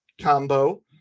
combo